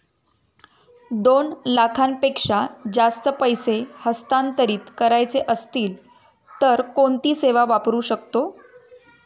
दोन लाखांपेक्षा जास्त पैसे हस्तांतरित करायचे असतील तर कोणती सेवा वापरू शकतो?